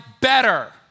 better